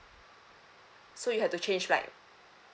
so you had to change flight